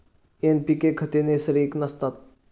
NPK खते नैसर्गिक नसतात